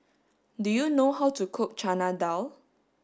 do you know how to cook Chana Dal